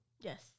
Yes